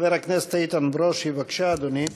חבר הכנסת איתן ברושי, בבקשה, אדוני.